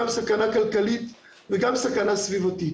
גם סכנה כלכלית, וגם סכנה סביבתית,